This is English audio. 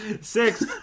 Six